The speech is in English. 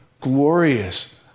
glorious